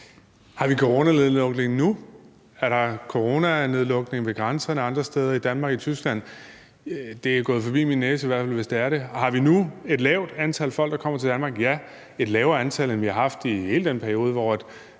Har vi coronanedlukning nu? Er der coronanedlukning ved grænserne andre steder – i Danmark, i Tyskland? Det er i hvert fald gået min næse forbi, hvis der er det. Har vi nu et lavt antal folk, der kommer til Danmark? Ja, og det er et lavere antal, end vi har haft i hele den periode